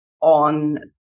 on